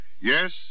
Yes